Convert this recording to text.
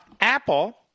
Apple